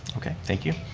okay, thank you.